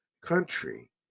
country